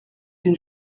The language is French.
une